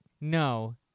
No